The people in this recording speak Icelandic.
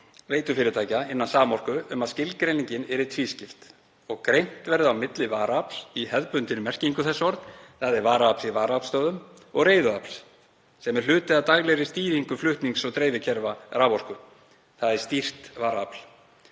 veitufyrirtækja innan Samorku um að skilgreiningin yrði tvískipt og greint á milli varaafls í hefðbundinni merkingu þess orðs, þ.e. varaafls í varaaflsstöðvum, og reiðuafls sem er hluti af daglegri stýringu flutnings- og dreifikerfa raforku, þ.e. stýrðs varaafls.